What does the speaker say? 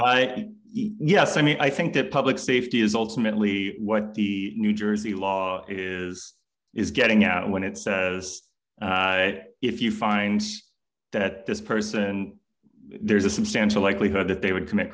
think yes i mean i think that public safety is ultimately what the new jersey law is is getting at when it says that if you find that this person there's a substantial likelihood that they would commit